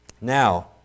Now